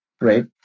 right